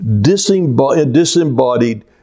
disembodied